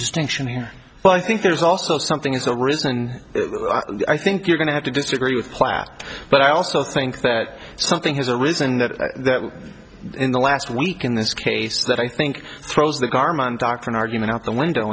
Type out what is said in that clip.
distinction here but i think there's also something is a reason i think you're going to have to disagree with platt but i also think that something has arisen in that in the last week in this case that i think throws the garmin doctrine argument out the window